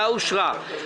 הצבעה בעד,